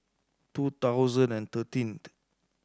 two thousand and thirteenth